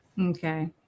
Okay